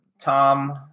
Tom